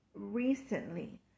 recently